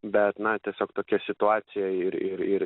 bet na tiesiog tokia situacija ir ir ir